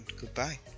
goodbye